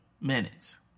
minutes